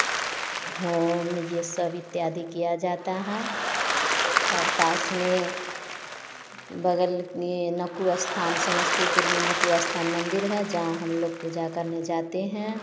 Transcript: home यह सब इत्यादि किया जाता है और पास में बगल में नक्कू स्थान समस्तीपुर में नक्कू स्थान मंदिर है जहाँ हम लोग पूजा करने जाते हैं